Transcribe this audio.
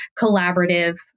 collaborative